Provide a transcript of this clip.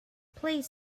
please